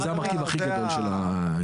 זה המרכיב הכי גדול של העסקה.